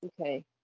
Okay